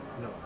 No